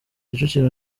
kicukiro